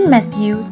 Matthew